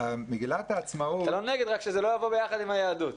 אתה לא נגד, רק שזה לא יבוא ביחד עם היהדות.